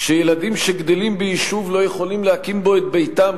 כשילדים שגדלים ביישוב לא יכולים להקים בו את ביתם